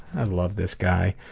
and love this guy.